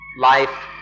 Life